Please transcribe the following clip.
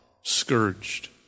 scourged